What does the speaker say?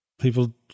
people